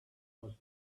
was